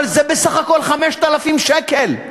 אבל זה בסך הכול 5,000 שקל,